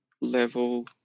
level